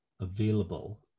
available